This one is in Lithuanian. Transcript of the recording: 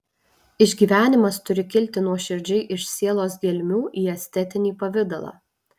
išgyvenimas turi kilti nuoširdžiai iš sielos gelmių į estetinį pavidalą